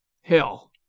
Hell